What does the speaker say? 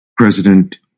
President